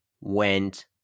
went